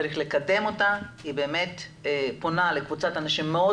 צריך לקדם אותה והיא באמת פונה לקבוצת אנשים מאוד